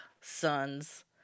sons